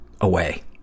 away